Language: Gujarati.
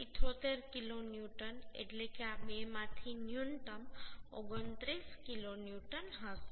78 કિલોન્યુટન એટલે કે આ બેમાંથી ન્યૂનતમ 29 કિલોન્યુટન હશે